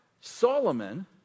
solomon